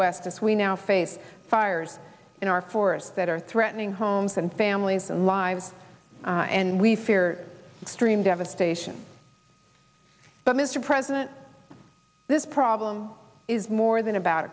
west as we now face fires in our forests that are threatening homes and families and lives and we fear stream devastation but mr president this problem is more than about